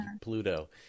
Pluto